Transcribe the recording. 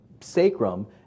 sacrum